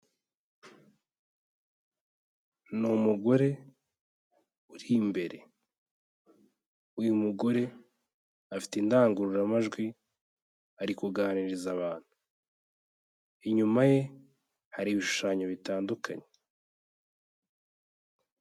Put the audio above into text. Ni umugore uri imbere, uyu mugore afite indangururamajwi ari kuganiriza abantu, inyuma ye hari ibishushanyo bitandukanye.